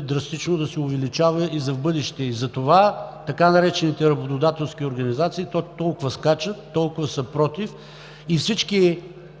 драстично да се увеличава и за в бъдеще. Затова така наречените „работодателски организации“ толкова скачат, толкова са против и всички